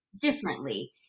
differently